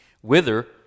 Whither